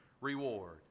reward